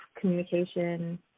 communication